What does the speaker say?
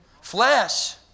flesh